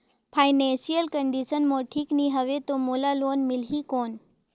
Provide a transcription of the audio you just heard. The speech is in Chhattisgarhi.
फाइनेंशियल कंडिशन मोर ठीक नी हवे तो मोला लोन मिल ही कौन??